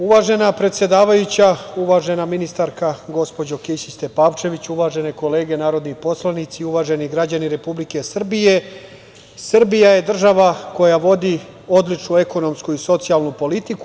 Uvažena predsedavajuća, uvažena ministarka gospođo Kisić Tepavčević, uvažene kolege narodni poslanici, uvaženi građani Republike Srbije, Srbija je država koja vodi odličnu ekonomsku i socijalnu politiku.